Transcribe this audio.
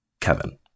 Kevin